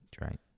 right